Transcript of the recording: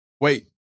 Wait